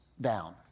down